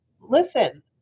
listen